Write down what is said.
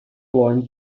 blowing